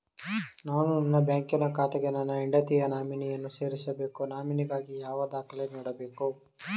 ನಾನು ನನ್ನ ಬ್ಯಾಂಕಿನ ಖಾತೆಗೆ ನನ್ನ ಹೆಂಡತಿಯ ನಾಮಿನಿಯನ್ನು ಸೇರಿಸಬೇಕು ನಾಮಿನಿಗಾಗಿ ಯಾವ ದಾಖಲೆ ನೀಡಬೇಕು?